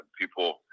people